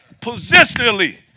positionally